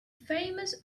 famous